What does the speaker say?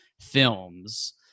films